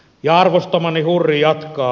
arvostamani hurri jatkaa